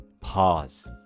pause